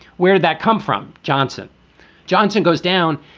where'd that come from? johnson johnson goes down.